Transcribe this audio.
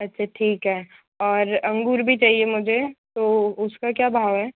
अच्छा ठीक है और अंगूर भी चाहिए मुझे तो उसका क्या भाव है